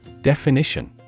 Definition